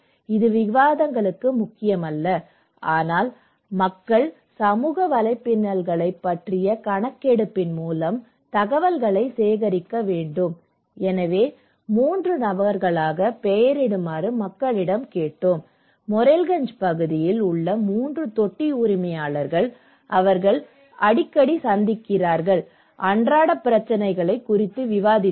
இது விவாதங்களுக்கு முக்கியமல்ல ஆனால் மக்கள் சமூக வலைப்பின்னல்களைப் பற்றிய கணக்கெடுப்பின் மூலம் தகவல்களைச் சேகரிக்க வேண்டும் எனவே 3 நபர்களாக பெயரிடுமாறு மக்களிடம் கேட்டோம் மோரெல்கஞ்ச் பகுதியில் உள்ள 3 தொட்டி உரிமையாளர்கள் அவர்கள் அடிக்கடி சந்தித்தார்கள் அன்றாட பிரச்சினைகள் குறித்து விவாதித்தனர்